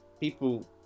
people